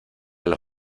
los